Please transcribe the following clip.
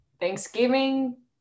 Thanksgiving